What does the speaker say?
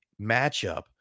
matchup